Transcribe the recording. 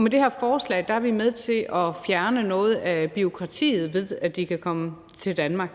Med det her forslag er vi med til at fjerne noget af det bureaukrati, der er ved, at de kan komme til Danmark.